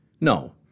No